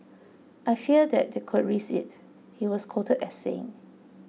I fear that they could risk it he was quoted as saying